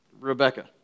Rebecca